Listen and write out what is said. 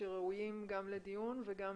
שראויים גם לדיון וגם